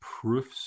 proofs